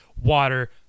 water